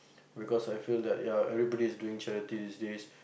because I feel like that ya everyone is doing charity these days